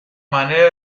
manera